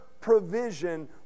provision